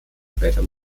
später